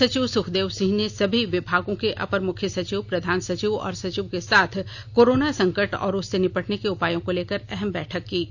मुख्य सचिव सुखदेव सिंह ने सभी विभागों के अपर मुख्य सचिव प्रधान सचिव और सचिव के साथ कोरोना संकट और उससे निपटने के उपायों को लेकर अहम बैठक की